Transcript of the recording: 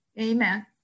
Amen